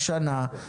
השנה,